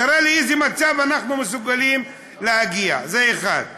תראה לאיזה מצב אנחנו מסוגלים להגיע, זה דבר אחד.